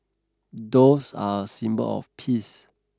doves are a symbol of peace